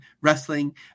wrestling